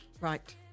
Right